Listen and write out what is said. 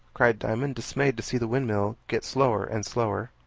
cried diamond, dismayed to see the windmill get slower and slower.